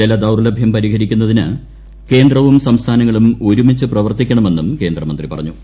ജലദൌർലഭ്യം പരിഹരിക്കുന്നതിന് കേന്ദ്രവും സംസ്ഥാനങ്ങളും ഒരുമിച്ച് പ്രവർത്തിക്കണമെന്നും കേന്ദ്രമന്ത്രി പറഞ്ഞു